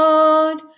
Lord